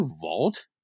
vault